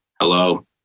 Hello